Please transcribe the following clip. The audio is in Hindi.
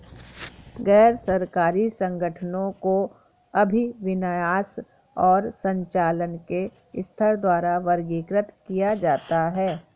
गैर सरकारी संगठनों को अभिविन्यास और संचालन के स्तर द्वारा वर्गीकृत किया जाता है